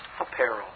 apparel